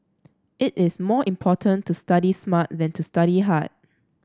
it is more important to study smart than to study hard